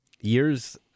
Years